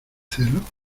celos